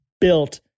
built